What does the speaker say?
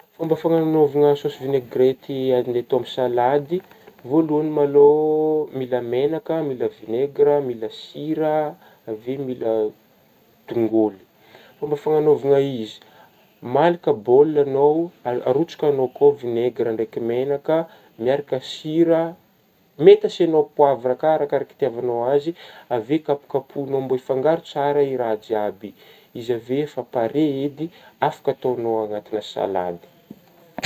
Fômba fanagnaovagna saosy vinegrety ande atao aminah salady voalohagny ma lô mila megnaka mila vinegra mila sira avy eo mila dongolo, fômba fanagnaovagna izy malaka bôligna anao a-arotsakagnao ko vinegra ndraiky megnaka miaraka sira, mety asignao poivra ka arakaraka itivanagnao azy avy eo kapokapoigna mbo ifangaro tsara i-raha jiaby ,izy avy eo efa pare edy afaka ataognao anatigna salady.